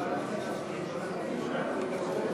מה הבעיה?